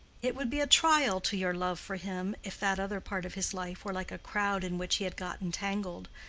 it would be a trial to your love for him if that other part of his life were like a crowd in which he had got entangled,